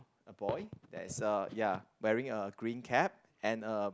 a boy that is a ya wearing a green cap and a